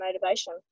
motivation